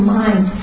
mind